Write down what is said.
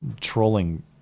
trolling